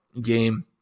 game